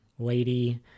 lady